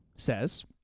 Says